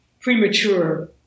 premature